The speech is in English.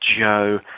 Joe